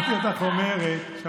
שר המודיעין, והוא היה המנכ"ל.